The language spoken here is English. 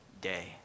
day